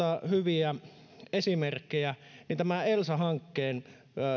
hyviä esimerkkejä niin tämän elsa hankkeen